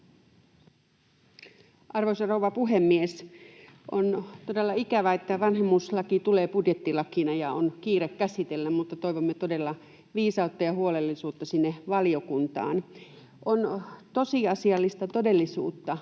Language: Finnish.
Arvoisa rouva puhemies! On todella ikävää, että vanhemmuuslaki tulee budjettilakina ja on kiire käsitellä, mutta toivomme todella viisautta ja huolellisuutta sinne valiokuntaan. On tosiasiallista todellisuutta,